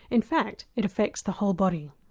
in fact, it affects the whole body.